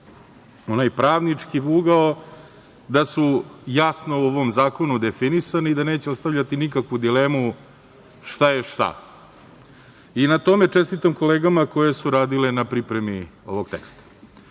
onaj pravnički ugao, da su jasno u ovom zakonu definisani i da neće ostavljati nikakvu dilemu šta je šta. Na tome čestitam kolegama koje su radile na pripremi ovog teksta. Ono